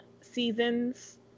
seasons